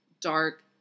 dark